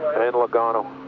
and logano.